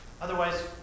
Otherwise